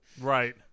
Right